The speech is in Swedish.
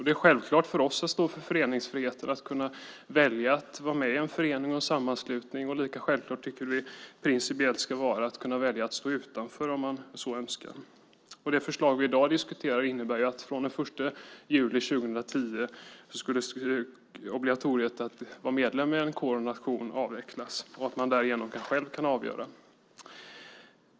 Det är självklart för oss att stå för föreningsfrihet - att kunna välja att vara med i en förening eller en sammanslutning. Lika självklart tycker vi principiellt att det ska vara att kunna välja att stå utanför om man så önskar. Det förslag vi i dag diskuterar innebär att från den 1 juli 2010 ska obligatoriet att vara medlem i en kår eller en nation avvecklas och att man därigenom själv kan avgöra.